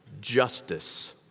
justice